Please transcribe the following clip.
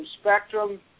spectrum